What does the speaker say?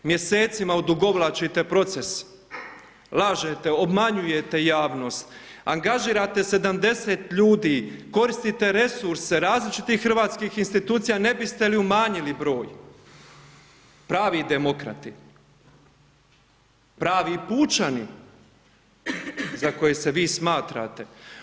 Mjesecima odugovlačite proces, lažete, obmanjujete javnost, angažirate 70 ljudi, koristite resurse različitih hrvatskih institucija ne biste li umanjili broj, pravi demokrati, pravi pučani za koje se vi smatrate.